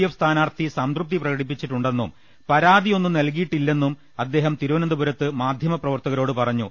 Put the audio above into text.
F സ്ഥാനാർത്ഥി സംതൃപ്തി പ്രകടിപ്പിച്ചിട്ടുണ്ടെന്നും പരാ തിയൊന്നും നൽകിയിട്ടില്ലെന്നും അദ്ദേഹം തിരുവനന്തപുരത്ത് മാധ്യ മപ്രവർത്തകരോട് പറഞ്ഞു